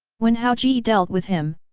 when hao-ge yeah dealt with him,